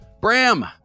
Bram